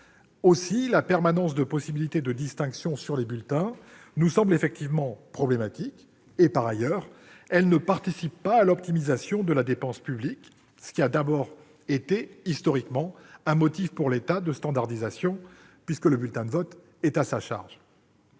La permanence de la possibilité de distinctions sur les bulletins nous semble donc problématique. Par ailleurs, elle ne participe pas à l'optimisation de la dépense publique, ce qui, historiquement, a été un motif pour l'État de standardisation, puisque le bulletin de vote est à sa charge.